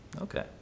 Okay